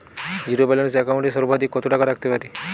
Zero balance account এ সর্বাধিক কত টাকা রাখতে পারি?